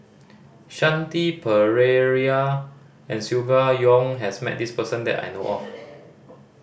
Shanti Pereira and Silvia Yong has met this person that I know of